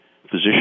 physician